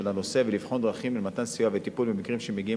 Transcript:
הנושא ולבחון דרכים למתן סיוע וטיפול במקרים שמגיעים